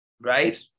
right